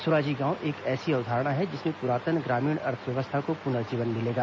सुराजी गांव एक ऐसी अवधारणा है जिसमें पुरातन ग्रामीण अर्थव्यवस्था को पुनर्जीवन मिलेगा